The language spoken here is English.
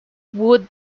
wood